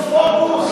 הוקוס פוקוס?